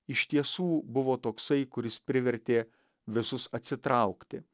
iš tiesų buvo toksai kuris privertė visus atsitraukti